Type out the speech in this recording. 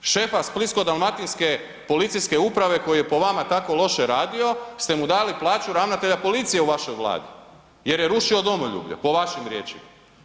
Šefa Splitsko-dalmatinske policijske uprave koji je po vama tako loše radio ste mu dali plaću ravnatelja policije u vašoj Vladi jer je rušio domoljublje po vašim riječima.